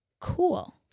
cool